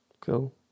cool